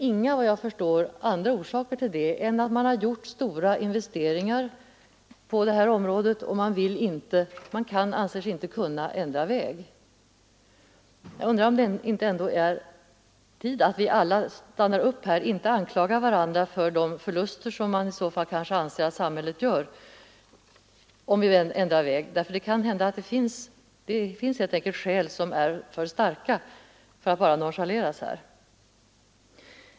Efter vad jag förstår finns inga andra orsaker till det än att man har gjort stora investeringar på det här området och inte anser sig kunna ändra väg. Jag undrar om det ändå inte är tid att vi alla stannar upp och inte anklagar varandra för de förluster som samhället kanske anses göra om vi ändrar väg. Det finns helt enkelt skäl som är alltför starka för att bara nonchaleras.